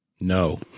no